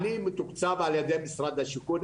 אני מתוקצב על ידי משרד השיכון,